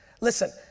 Listen